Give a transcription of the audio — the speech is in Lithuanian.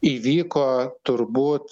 įvyko turbūt